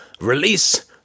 release